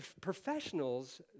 professionals